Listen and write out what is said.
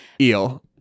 eel